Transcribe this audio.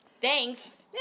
thanks